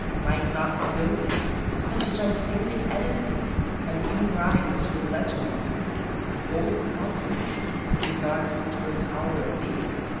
might not the building of such a gigantic edifice have given rise to the legends existing on both continents in regard to a tower of babel?